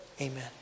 Amen